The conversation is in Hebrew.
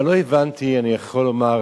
אבל לא הבנתי, אני יכול לומר,